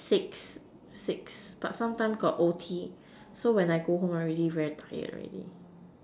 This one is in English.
six six but sometime got O_T so when I go home I already very tired already